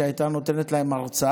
כשהיא הייתה נותנת להם הרצאה,